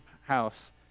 house